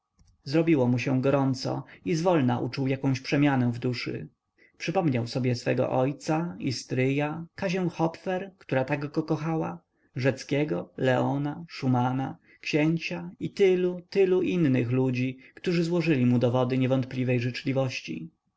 zrobiło mu się gorąco i zwolna uczuł jakąś przemianę w duszy przypomniał sobie swego ojca i stryja kazię hopfer która tak go kochała rzeckiego leona szumana księcia i tylu tylu innych ludzi którzy złożyli mu dowody niewątpliwej życzliwości